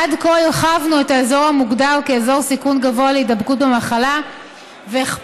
עד כה הרחבנו את האזור המוגדר כאזור סיכון גבוה להידבקות במחלה והכפלנו